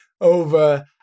over